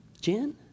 Jen